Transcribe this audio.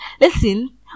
Listen